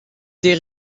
des